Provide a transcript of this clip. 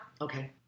Okay